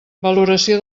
valoració